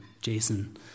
Jason